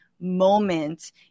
moment